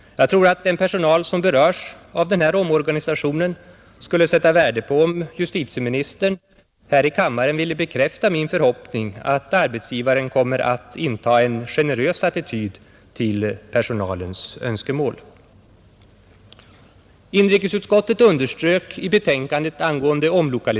Jag tror att den personal som berörs av den här omorganisationen skulle sätta värde på om justitieministern här i kammaren ville bekräfta min förhoppning att arbetsgivaren kommer att inta en generös attityd till personalens önskemål.